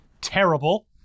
terrible